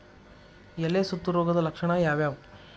ಎಲೆ ಸುತ್ತು ರೋಗದ ಲಕ್ಷಣ ಯಾವ್ಯಾವ್?